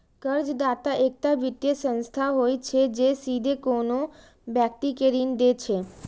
कर्जदाता एकटा वित्तीय संस्था होइ छै, जे सीधे कोनो व्यक्ति कें ऋण दै छै